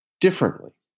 differently